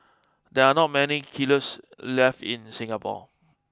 there are not many kilns left in Singapore